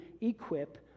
equip